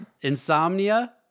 Insomnia